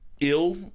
ill